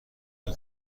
های